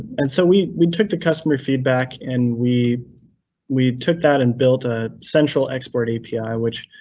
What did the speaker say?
and so we we took the customer feedback and, we we took that and built a central export api which,